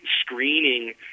screening